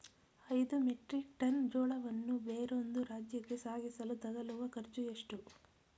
ಐದು metric ton ಜೋಳವನ್ನು ಬೇರೊಂದು ರಾಜ್ಯಕ್ಕೆ ಸಾಗಿಸಲು ತಗಲುವ ಖರ್ಚು ಎಷ್ಟು?